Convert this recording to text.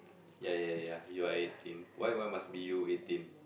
ya ya ya you are eighteen why why must be you eighteen